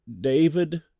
David